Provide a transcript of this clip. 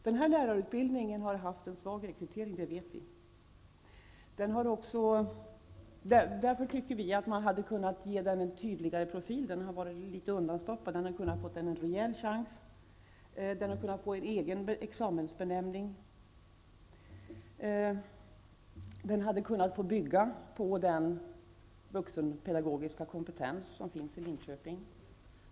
Det har varit en svag rekrytering till den här lärarutbildningen, det vet vi. Man hade kunnat ge den en tydligare profil, eftersom den har varit litet undanstoppad. Därför hade den kunnat få en rejäl chans med en egen examensbenämning. Den hade dessutom kunnat få bygga på den vuxenpedagogiska kompetens som finns i Linköping.